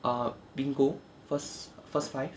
err bingo first first five